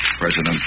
President